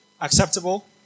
acceptable